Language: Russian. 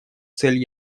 цель